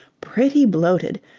pretty bloated.